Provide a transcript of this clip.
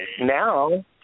now